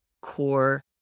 core